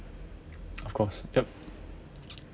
of course yup